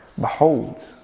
behold